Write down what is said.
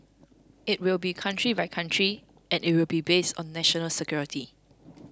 it will be country by country and it will be based on national security